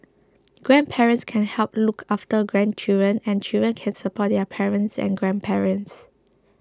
grandparents can help look after grandchildren and children can support their parents and grandparents